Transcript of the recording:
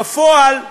בפועל,